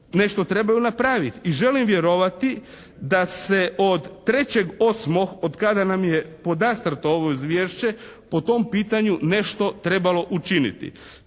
nešto trebaju napraviti. I želim vjerovati da se od 3.8. od kada nam je podastrto ovo izvješće po tom pitanju nešto trebalo učiniti.